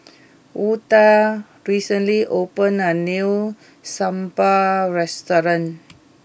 Hulda recently opened a new Sambal restaurant